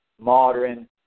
modern